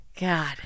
God